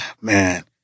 Man